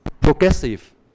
Progressive